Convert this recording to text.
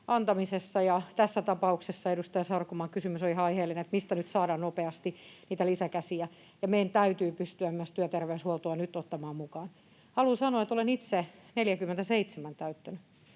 antamisessa, ja tässä tapauksessa edustaja Sarkomaan kysymys on ihan aiheellinen, että mistä nyt saadaan nopeasti niitä lisäkäsiä. Meidän täytyy pystyä myös työterveyshuoltoa nyt ottamaan mukaan. Haluan sanoa, että olen itse täyttänyt